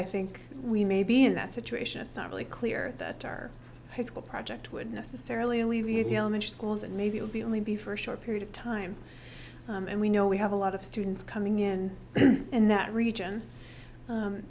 i think we may be in that situation it's not really clear that our high school project would necessarily alleviate the elementary schools and maybe it would be only be for a short period of time and we know we have a lot of students coming in in that region